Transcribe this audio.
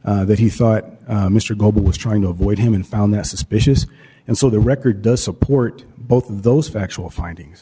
that he thought mr goble was trying to avoid him and found that suspicious and so the record does support both of those factual findings